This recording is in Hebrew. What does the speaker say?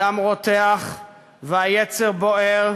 הדם רותח והיצר בוער,